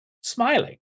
smiling